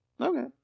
Okay